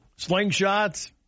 Slingshots